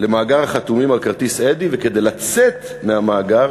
למאגר החתומים על כרטיס "אדי", וכדי לצאת מהמאגר